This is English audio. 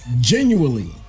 genuinely